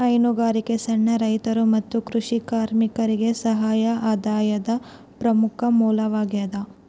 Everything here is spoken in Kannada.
ಹೈನುಗಾರಿಕೆ ಸಣ್ಣ ರೈತರು ಮತ್ತು ಕೃಷಿ ಕಾರ್ಮಿಕರಿಗೆ ಸಹಾಯಕ ಆದಾಯದ ಪ್ರಮುಖ ಮೂಲವಾಗ್ಯದ